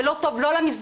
זה לא טוב למסגרת,